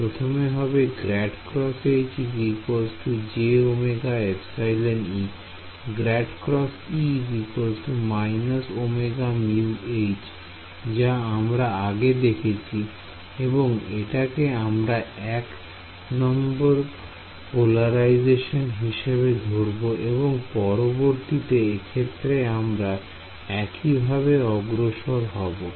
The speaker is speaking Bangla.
প্রথমে হবে ∇×H j ωεE ∇× E − ωμH যা আমরা আগে দেখেছি এবং এটাকে আমরা এক নম্বর পোলারাইজেশন হিসেবে ধরবো এবং পরবর্তীতে এক্ষেত্রে আমরা একইভাবে অগ্রসর হবো